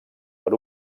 per